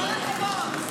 כל הכבוד.